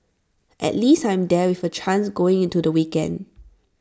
at least I'm there with A chance going into the weekend